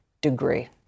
degree